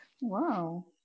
Wow